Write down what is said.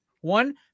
One